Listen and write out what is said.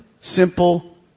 simple